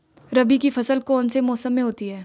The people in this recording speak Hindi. रबी की फसल कौन से मौसम में होती है?